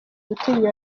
gutinyura